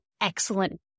excellent